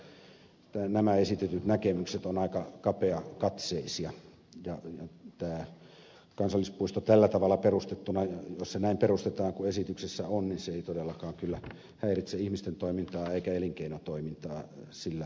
kyllä minusta nämä esitetyt näkemykset ovat aika kapeakatseisia ja tämä kansallispuisto tällä tavalla perustettuna jos se näin perustetaan kuin esityksessä on ei todellakaan kyllä häiritse ihmisten toimintaa eikä elinkeinotoimintaa sillä alueella